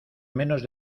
menos